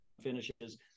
finishes